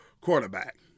quarterback